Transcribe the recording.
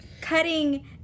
cutting